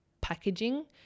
packaging